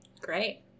Great